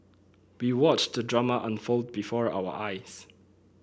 we watched the drama unfold before our eyes